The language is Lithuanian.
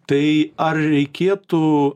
tai ar reikėtų